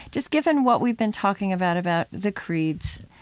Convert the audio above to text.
just given what we've been talking about, about the creeds,